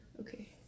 Okay